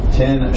ten